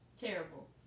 Terrible